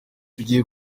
bigiye